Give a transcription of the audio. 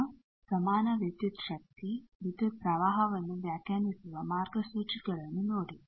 ಈಗ ಸಮಾನ ವಿದ್ಯುತ್ ಶಕ್ತಿ ವಿದ್ಯುತ್ ಪ್ರವಾಹವನ್ನು ವ್ಯಾಖ್ಯಾನಿಸುವ ಮಾರ್ಗಸೂಚಿಗಳನ್ನು ನೋಡಿ